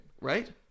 Right